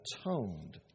atoned